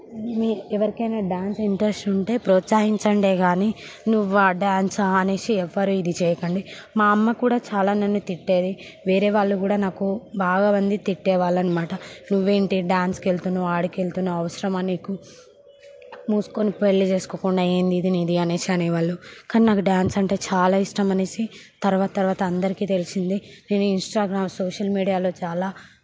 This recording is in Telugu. మీ ఎవరికైనా డాన్స్ ఇంట్రెస్ట్ ఉంటే ప్రోత్సహించండే కానీ నువ్వు డాన్స్ అనేసి ఎవరు ఇది చేయకండి మా అమ్మ కూడా చాలా నన్ను తిట్టేది వేరే వాళ్ళు కూడా నాకు బాగా మంది తిట్టేవాళ్ళు అనమాట నువ్వేంటి డాన్స్కి వెళ్తున్నావు అక్కడికి వెళ్తున్నావు అవసరమా నీకు మూసుకొని పెళ్లి చేసుకోకుండా ఏందిది నీకు అనేసి అనేవాళ్ళు కానీ నాకు డాన్స్ అంటే చాలా ఇష్టం అనేసి తర్వాత తర్వాత అందరికీ తెలిసింది నేను ఇంస్టాగ్రామ్ సోషల్ మీడియాలో చాలా